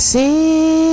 See